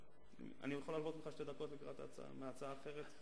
אני יכול ללוות ממך שתי דקות מהצעה אחרת?